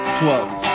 twelve